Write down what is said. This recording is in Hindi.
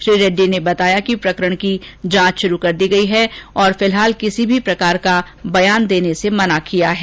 श्री रेड्डी ने बताया कि प्रकरण की पड़ताल शुरू कर दी है साथ ही फिलहाल किसी भी प्रकार का बयान देने से मना किया है